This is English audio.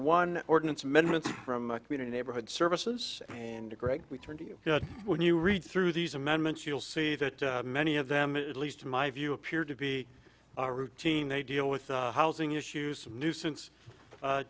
one ordinance amendments from community neighborhood services and a great return to you when you read through these amendments you'll see that many of them at least in my view appear to be routine they deal with housing issues nuisance